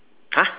!huh!